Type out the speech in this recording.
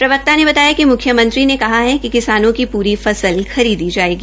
प्रवक्ता ने बताया िक मुख्यमंत्री कहा कि किसानों की पूरी फसल खरीदी जायेगी